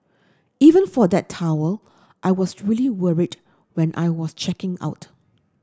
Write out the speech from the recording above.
even for that towel I was really worried when I was checking out